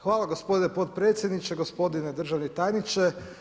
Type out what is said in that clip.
Hvala gospodine potpredsjedniče, gospodine državni tajniče.